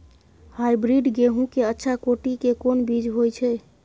Hybrid गेहूं के अच्छा कोटि के कोन बीज होय छै?